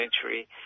century